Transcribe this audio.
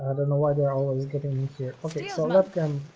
and know why they're always getting it here okay so that can